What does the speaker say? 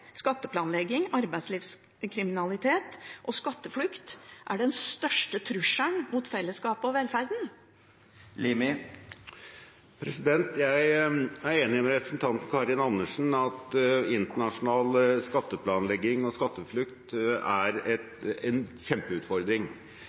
skatteplanlegging, arbeidslivskriminalitet og skatteflukt er den største trusselen mot fellesskapet og velferden? Jeg er enig med representanten Karin Andersen i at internasjonal skatteplanlegging og skatteflukt er